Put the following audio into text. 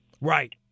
Right